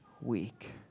week